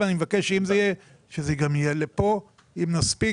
אני מבקש שאם זה יהיה, שזה גם יהיה לפה, אם נספיק.